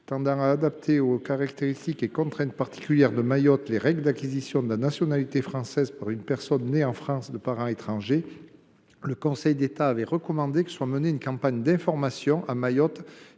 tendant à adapter aux caractéristiques et contraintes particulières de Mayotte les règles d’acquisition de la nationalité française par une personne née en France de parents étrangers, le Conseil d’État avait recommandé que soit menée une campagne d’information, à Mayotte